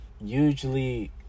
usually